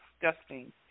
disgusting